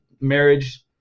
marriage